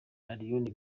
allioni